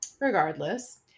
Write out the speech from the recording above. Regardless